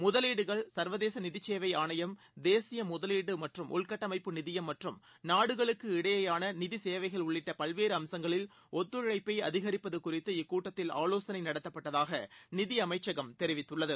முதலீடுகள் சர்வதேச நிதிச் சேவை ஆணையம் தேசிய முதலீட்டு மற்றும் உள்கட்டமைப்பு நிதியம் மற்றும் நாடுகளுக்கு இடையேயான நிதி சேவைகள் உள்ளிட்ட பல்வேறு அம்சங்களில் ஒத்தழைப்பை அதிகரிப்பது குறித்து இந்த கூட்டத்தில் ஆவோசனை நடத்தப்பட்டதாக நிதி அமைச்சகம் தெரிவித்துள்ளது